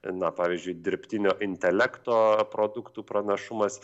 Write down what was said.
na pavyzdžiui dirbtinio intelekto produktų pranašumas